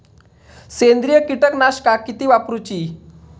सेंद्रिय कीटकनाशका किती वापरूची?